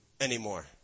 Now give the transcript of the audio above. anymore